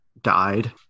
died